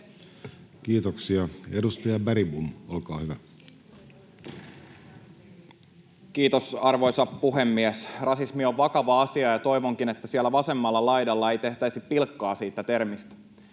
Kiitoksia. — Edustaja Bergbom, olkaa hyvä. Kiitos, arvoisa puhemies! Rasismi on vakava asia, ja toivonkin, että siellä vasemmalla laidalla ei tehtäisi pilkkaa siitä termistä.